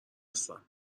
هستم